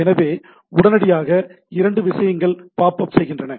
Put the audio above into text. எனவே உடனடியாக இரண்டு விஷயங்கள் பாப் அப் செய்கின்றன